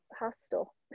hostel